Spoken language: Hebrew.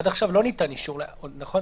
עד עכשיו לא ניתן אישור, נכון?